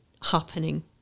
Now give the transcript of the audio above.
happening